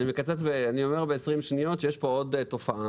אני אומר ב-20 שניות שיש פה עוד תופעה.